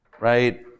right